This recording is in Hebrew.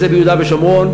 אם זה ביהודה ושומרון,